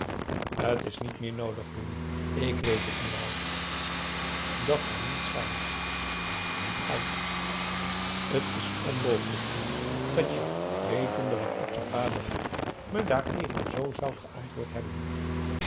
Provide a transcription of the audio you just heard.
t is niet meer noodig louis ik weet het nu al dat kan niet zijn ei t is onmogelijk julie dat je wetende wat ik je vader vroeg me daareven z zoudt geantwoord hebben